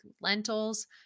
lentils